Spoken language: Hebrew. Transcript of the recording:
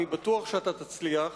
אני בטוח שאתה תצליח,